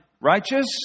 righteous